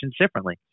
differently